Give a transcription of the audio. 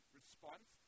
response